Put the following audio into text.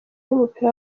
w’umupira